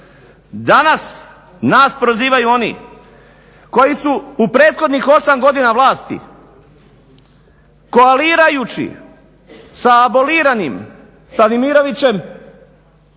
Danas nas prozivaju oni koji su u prethodnih 8 godina vlasti koalirajući sa aboliranim Stanimirovićem